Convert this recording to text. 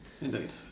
Indeed